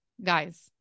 Guys